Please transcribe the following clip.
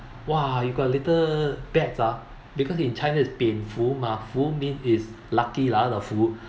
!wah! you got a little bat ah because in china is 蝙蝠 mah 福 means is lucky lah the 福